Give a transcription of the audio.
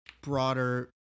broader